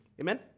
Amen